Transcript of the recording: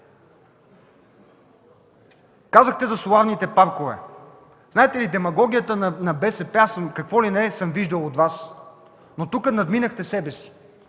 Казахте за соларните паркове. Знаете ли демагогията на БСП?! Какво ли не съм виждал от Вас, но тук надминахте себе си!